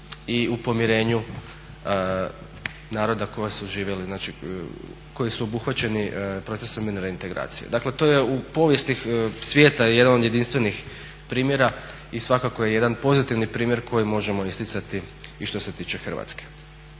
su živjeli, znači koji su obuhvaćeni procesom mirne reintegracije. Dakle to je u povijesti svijeta jedan od jedinstvenih primjera i svakako je jedan pozitivan primjer koji možemo isticati i što se tiče Hrvatske.